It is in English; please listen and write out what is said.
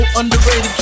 underrated